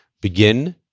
begin